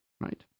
right